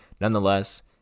Nonetheless